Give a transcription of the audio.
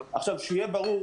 שיהיה ברור,